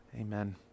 Amen